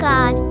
God